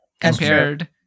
compared